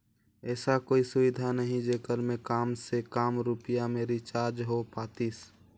ऐसा कोई सुविधा नहीं जेकर मे काम से काम रुपिया मे रिचार्ज हो पातीस?